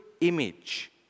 image